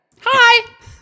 Hi